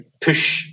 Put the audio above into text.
push